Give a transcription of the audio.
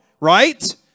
Right